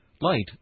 Light